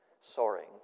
soaring